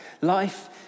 life